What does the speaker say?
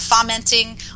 fomenting